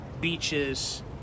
beaches